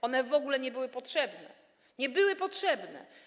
One w ogóle nie były potrzebne - nie były potrzebne.